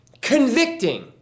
convicting